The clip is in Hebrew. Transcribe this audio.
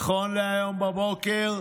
נכון להיום בבוקר,